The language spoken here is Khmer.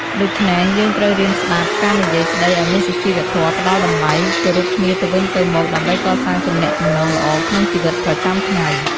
ដូច្នេះយើងត្រូវរៀនស្តាប់ ការនិយាយស្តីឲ្យមានសុជីវធម៌ ផ្តល់តម្លៃ គោរពគ្នាទៅវិញទៅមកដើម្បីកសាងទំនាក់ទំនងល្អក្នុងជីវិតប្រចាំថ្ងៃ។